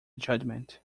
judgment